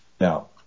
Now